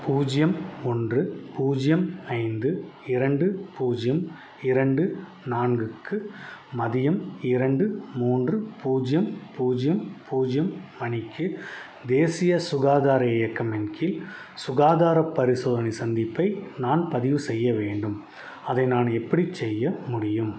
பூஜ்ஜியம் ஒன்று பூஜ்ஜியம் ஐந்து இரண்டு பூஜ்ஜியம் இரண்டு நான்கு க்கு மதியம் இரண்டு மூன்று பூஜ்ஜியம் பூஜ்ஜியம் பூஜ்ஜியம் மணிக்கு தேசிய சுகாதார இயக்கம் இன் கீழ் சுகாதாரப் பரிசோதனை சந்திப்பை நான் பதிவு செய்ய வேண்டும் அதை நான் எப்படிச் செய்ய முடியும்